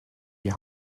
die